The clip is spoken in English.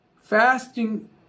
fasting